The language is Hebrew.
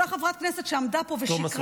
אותה חברת כנסת שעמדה פה ושיקרה,